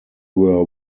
were